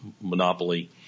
monopoly